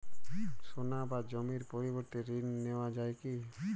সোনা বা জমির পরিবর্তে ঋণ নেওয়া যায় কী?